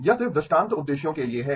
यह सिर्फ दृष्टांत उद्देश्यों के लिए है